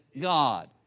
God